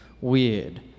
Weird